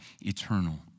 eternal